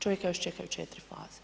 Čovjeka još čekaju 4 faze.